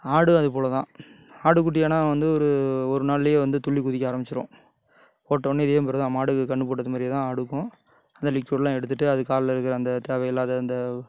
ஆடும் அதுபோல் தான் ஆட்டுக்குட்டி ஆனால் வந்து ஒரு ஒரு நாள்லியே வந்து துள்ளிக் குதிக்க ஆரமிச்சிரும் போட்டோன்னே இதே மாதிரி தான் மாடு கன்று போட்டது மாதிரியே தான் ஆடுக்கும் அந்த லிக்யூட்லாம் எடுத்துவிட்டு அது காலில் இருக்கிற அந்த தேவையில்லாத அந்த